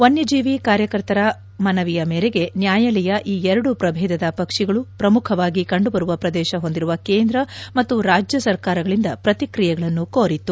ವನ್ನಜೀವಿ ಕಾರ್ಯಕರ್ತರ ಮನವಿಯ ಮೇರೆಗೆ ನ್ನಾಯಾಲಯ ಈ ಎರಡು ಪ್ರಬೇಧದ ಪಕ್ಷಿಗಳು ಪ್ರಮುಖವಾಗಿ ಕಂಡುಬರುವ ಪ್ರದೇಶ ಹೊಂದಿರುವ ಕೇಂದ್ರ ಮತ್ತು ರಾಜ್ಯ ಸರ್ಕಾರಗಳಿಂದ ಪ್ರತಿಕ್ರಿಯೆಗಳನ್ನು ಕೋರಿತ್ತು